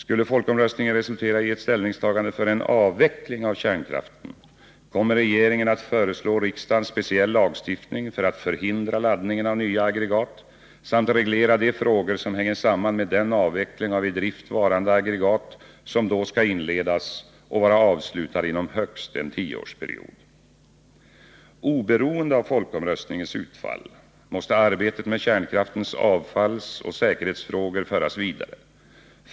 Skulle folkomröstningen resultera i ett ställningstagande för en avveckling av kärnkraften kommer regeringen att föreslå riksdagen speciell lagstiftning för att förhindra laddningen av nya aggregat samt reglera de frågor som hänger samman med den avveckling av i drift varande aggregat som då skall inledas och vara avslutad inom högst en tioårsperiod. Oberoende av folkomröstningens utfall måste arbetet med kärnkraftens avfallsoch säkerhetsfrågor föras vidare.